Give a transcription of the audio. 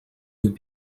would